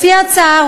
לפי ההצעה,